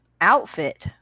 outfit